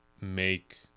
make